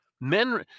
Men